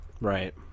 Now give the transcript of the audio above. Right